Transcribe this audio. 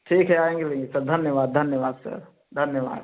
ठीक है आएँगे सर धन्यवाद धन्यवाद सर धन्यवाद